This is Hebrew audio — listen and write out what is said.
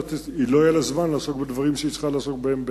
לא יהיה לה זמן לעסוק בדברים שהיא צריכה לעסוק בהם באמת.